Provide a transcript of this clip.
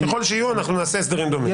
ככל שיהיו, נעשה הסדרים דומים.